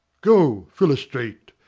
go, philostrate,